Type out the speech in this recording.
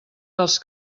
dels